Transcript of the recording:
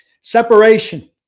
Separation